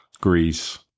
Greece